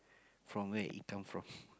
from where it come from